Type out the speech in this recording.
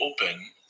open